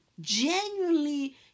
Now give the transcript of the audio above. genuinely